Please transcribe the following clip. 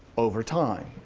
over time.